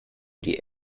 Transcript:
die